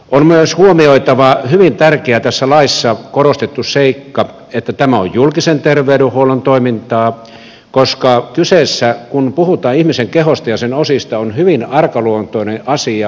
on myös huomioitava hyvin tärkeä tässä laissa korostettu seikka että tämä on julkisen tervey denhuollon toimintaa koska kyseessä kun puhutaan ihmisen kehosta ja sen osista on hyvin arkaluontoinen asia